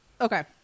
Okay